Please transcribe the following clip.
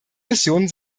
missionen